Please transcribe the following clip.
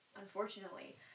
Unfortunately